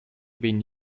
been